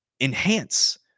enhance